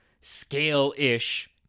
scale-ish